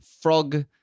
frog